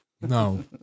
No